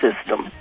system